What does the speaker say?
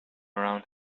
around